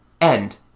End